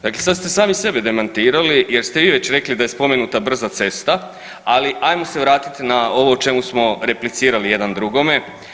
Dakle sad ste sami sebe demantirali jer ste i vi već rekli da je spomenuta brza cesta, ali ajmo se vratiti na ovo o čemu smo replicirali jedan drugome.